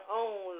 own